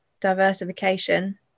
diversification